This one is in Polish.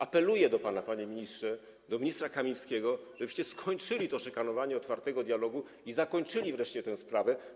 Apeluję do pana, panie ministrze, i do ministra Kamińskiego, żebyście przestali szykanować Otwarty Dialog i zakończyli wreszcie tę sprawę.